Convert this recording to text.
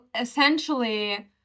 essentially